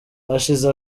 hashize